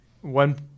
one